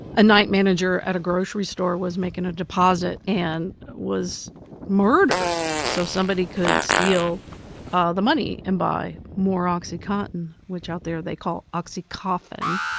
a night manager at a grocery store was making a deposit and was murdered so somebody could steal ah the money and buy more oxycontin, which out there they call oxycoffin.